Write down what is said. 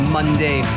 Monday